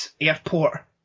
airport